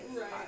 right